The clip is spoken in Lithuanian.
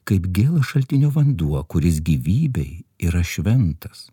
kaip gėlas šaltinio vanduo kuris gyvybei yra šventas